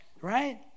right